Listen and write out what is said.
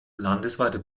landesweite